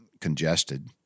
congested